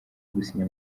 gusinya